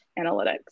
analytics